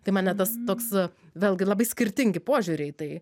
tai mane tas toks vėlgi labai skirtingi požiūriai į tai